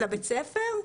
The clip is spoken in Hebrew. לבית הספר?